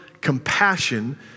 compassion